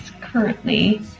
currently